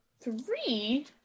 Three